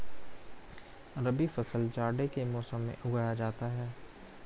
रबी फसल जाड़े के मौसम में उगाया जाता है